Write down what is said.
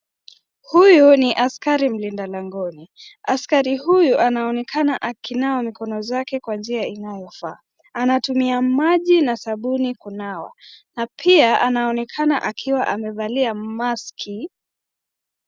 Huyu ni askari mlinda langoni, askari huyu anaonekana akinawa mikono zake kwa njia inayofaa, anatumia maji na sabuni kunawa, na pia anaonekana akiwa amevalia maski .